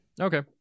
Okay